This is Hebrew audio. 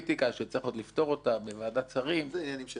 שצריך עוד לפתור אותה בוועדת שרים- - זה עניינים שלנו.